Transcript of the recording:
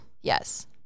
yes